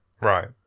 right